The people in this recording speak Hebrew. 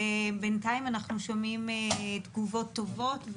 בינתיים אנחנו שומעים תגובות טובות,